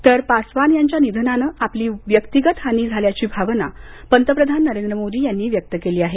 तर पासवान यांच्या निधनाने आपली व्यक्तिगत हानी झाल्याची भावना पंतप्रधान मोदी यांनी व्यक्त केली आहे